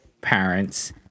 parents